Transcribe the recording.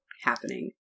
happening